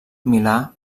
milà